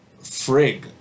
frig